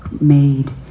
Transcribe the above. made